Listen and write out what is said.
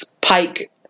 Pike